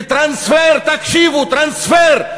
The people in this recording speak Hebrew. וטרנספר, תקשיבו: טרנספר.